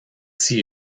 see